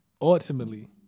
ultimately